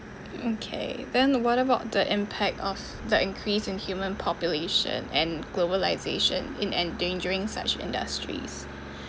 okay then what about the impact of the increase in human population and globalisation in endangering such industries